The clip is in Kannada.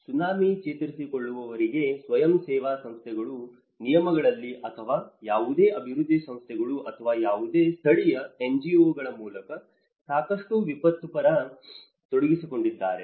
ಸುನಾಮಿ ಚೇತರಿಸಿಕೊಳ್ಳುವವರೆಗೆ ಸ್ವಯಂಸೇವಾ ಸಂಸ್ಥೆಗಳ ನಿಯಮಗಳಲ್ಲಿ ಅಥವಾ ಯಾವುದೇ ಅಭಿವೃದ್ಧಿ ಸಂಸ್ಥೆಗಳು ಅಥವಾ ಯಾವುದೇ ಸ್ಥಳೀಯ NGOಗಳ ಮೂಲಕ ಸಾಕಷ್ಟು ವೃತ್ತಿಪರರು ತೊಡಗಿಸಿಕೊಂಡಿದ್ದಾರೆ